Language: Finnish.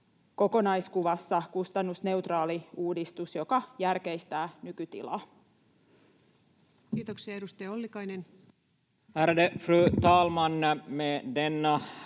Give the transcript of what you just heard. kokonaiskuvassa kustannusneutraali uudistus, joka järkeistää nykytilaa. Kiitoksia. — Edustaja Ollikainen. Ärade fru talman! Med denna